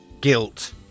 Guilt